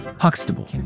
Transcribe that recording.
Huxtable